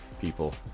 people